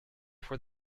for